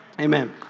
Amen